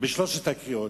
בשלוש הקריאות.